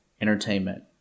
entertainment